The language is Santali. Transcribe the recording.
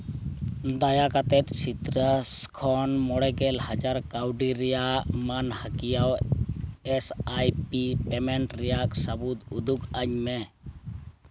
ᱫᱟᱭᱟ ᱠᱟᱛᱮᱫ ᱥᱤᱛᱨᱟᱥ ᱠᱷᱚᱱ ᱢᱚᱬᱮᱜᱮᱞ ᱦᱟᱡᱟᱨ ᱠᱟᱹᱣᱰᱤ ᱨᱮᱭᱟᱜ ᱢᱟᱹᱱᱦᱟᱹᱠᱤᱭᱟᱹ ᱮᱥ ᱟᱭ ᱯᱤ ᱯᱮᱢᱮᱱᱴ ᱨᱮᱭᱟᱜ ᱥᱟᱹᱵᱩᱫ ᱩᱫᱩᱜ ᱟᱹᱧ ᱢᱮ